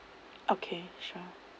okay sure